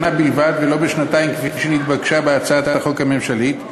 בלבד ולא בשנתיים כפי שנתבקש בהצעת החוק הממשלתית,